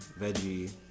veggie